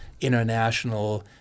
international